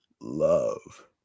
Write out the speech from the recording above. love